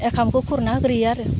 ओंखामखौ खुरना होग्रोयो आरो